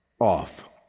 off